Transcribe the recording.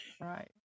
Right